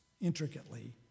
intricately